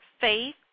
faith